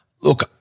Look